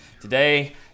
Today